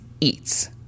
eats